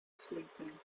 sleeping